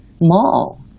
mall